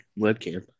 webcam